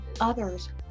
others